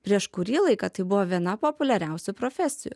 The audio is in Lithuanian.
prieš kurį laiką tai buvo viena populiariausių profesijų